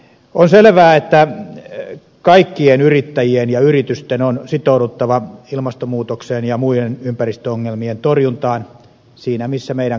on selvää että kaikkien yrittäjien ja yritysten on sitouduttava ilmastonmuutoksen ja muiden ympäristöongelmien torjuntaan siinä missä meidän kaikkien muidenkin